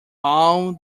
all